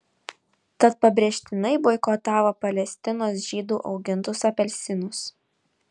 tad pabrėžtinai boikotavo palestinos žydų augintus apelsinus